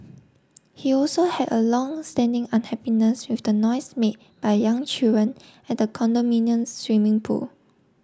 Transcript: he also had a long standing unhappiness with the noise made by young children at the condominium's swimming pool